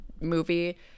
movie